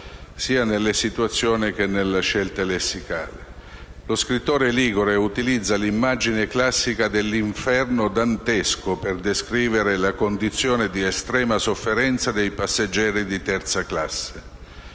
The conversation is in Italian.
Sia nelle situazioni che nella scelta lessicale, lo scrittore ligure utilizza l'immagine classica dell'inferno dantesco per descrivere la condizione di estrema sofferenza dei passeggeri di terza classe.